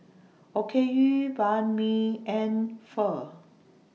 Okayu Banh MI and Pho